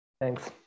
Thanks